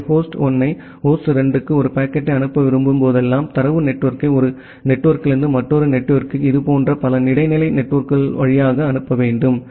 எனவே ஹோஸ்ட் 1 ஐ ஹோஸ்ட் 2 க்கு ஒரு பாக்கெட்டை அனுப்ப விரும்பும் போதெல்லாம் தரவு நெட்வொர்க்கை ஒரு நெட்வொர்க்கிலிருந்து மற்றொரு நெட்வொர்க்கிற்கு இதுபோன்ற பல இடைநிலை நெட்வொர்க்குகள் வழியாக அனுப்ப வேண்டும்